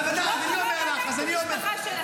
לא בדקתי משפחה של אסירים.